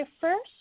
first